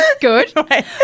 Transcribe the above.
good